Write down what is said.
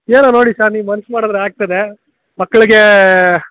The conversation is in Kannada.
ಏನೋ ನೋಡಿ ಸರ್ ನೀವ್ ಮನ್ಸ್ ಮಾಡದ್ರೆ ಆಗ್ತದೆ ಮಕ್ಕಳ್ಗೇ